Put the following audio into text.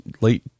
late